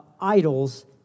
idols